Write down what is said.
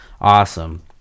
awesome